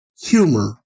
humor